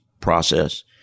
process